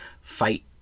fight